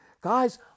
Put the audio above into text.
guys